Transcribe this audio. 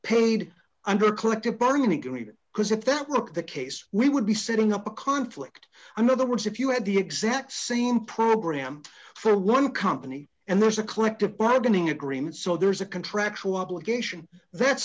paid under collective bargaining agreement because if that looked the case we would be setting up a conflict another words if you had the exact same program for one company and there's a collective bargaining agreement so there's a contractual obligation that's